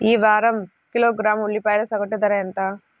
ఈ వారం కిలోగ్రాము ఉల్లిపాయల సగటు ధర ఎంత?